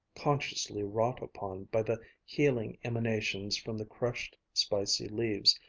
consciously wrought upon by the healing emanations from the crushed, spicy leaves,